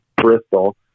Bristol